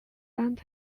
and